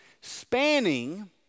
spanning